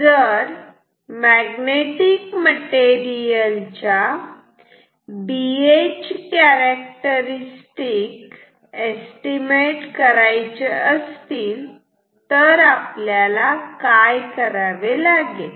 जर magnetic material च्या BH characteristic estimate करायचे असतील तर आपल्याला काय करावे लागेल